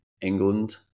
England